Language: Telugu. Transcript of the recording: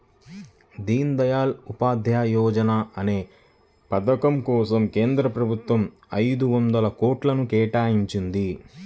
దీన్ దయాళ్ ఉపాధ్యాయ యోజనా అనే పథకం కోసం కేంద్ర ప్రభుత్వం ఐదొందల కోట్లను కేటాయించింది